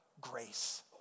grace